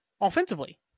offensively